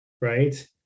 Right